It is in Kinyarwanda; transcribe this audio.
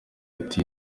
ati